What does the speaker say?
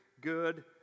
good